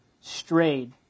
strayed